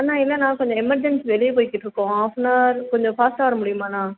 அண்ணா இல்ல அண்ணா கொஞ்சம் எமெர்ஜென்சி வெளியே போயிக்கிட்டுருக்கோம் ஆஃப்னவர் கொஞ்சம் ஃபாஸ்ட்டாக வர முடியுமா அண்ணா